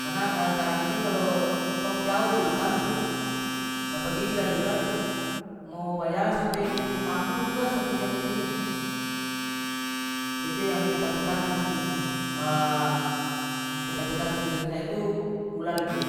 Karena tara mungkin kalo tong jaoh di utang trus dapa gigi dari ular mo bajalan sampe di kampung juga satu jam lebih itu yang ketakutan ketakutan dari saya tu ular itu